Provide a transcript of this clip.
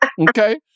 okay